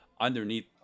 Underneath